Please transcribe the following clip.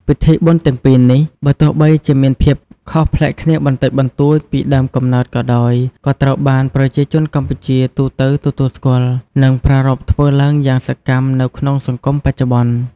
ពិធីបុណ្យទាំងពីរនេះ បើទោះបីជាមានភាពខុសប្លែកគ្នាបន្តិចបន្តួចពីដើមកំណើតក៏ដោយ ក៏ត្រូវបានប្រជាជនកម្ពុជាទូទៅទទួលស្គាល់ និងប្រារព្ធធ្វើឡើងយ៉ាងសកម្មនៅក្នុងសង្គមបច្ចុប្បន្ន។